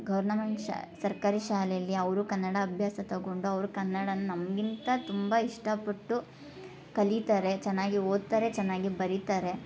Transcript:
government ಶಾ ಸರ್ಕಾರಿ ಶಾಲೆಯಲ್ಲಿ ಅವರೂ ಕನ್ನಡ ಅಭ್ಯಾಸ ತಗೊಂಡು ಅವರು ಕನ್ನಡನ ನಮಗಿಂತ ತುಂಬ ಇಷ್ಟಪಟ್ಟು ಕಲೀತಾರೆ ಚೆನ್ನಾಗಿ ಓದ್ತಾರೆ ಚೆನ್ನಾಗಿ ಬರೀತಾರೆ